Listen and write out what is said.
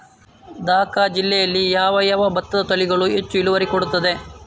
ದ.ಕ ಜಿಲ್ಲೆಯಲ್ಲಿ ಯಾವ ಯಾವ ಭತ್ತದ ತಳಿಗಳು ಹೆಚ್ಚು ಇಳುವರಿ ಕೊಡುತ್ತದೆ?